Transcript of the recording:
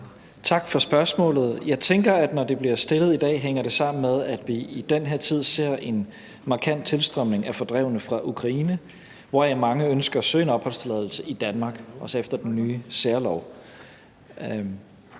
Tak for spørgsmålet. Jeg tænker, at når det bliver stillet i dag, hænger det sammen med, at vi i den her tid ser en markant tilstrømning af fordrevne fra Ukraine, hvoraf mange ønsker at søge en opholdstilladelse i Danmark, også efter den nye særlov.